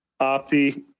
Opti